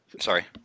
sorry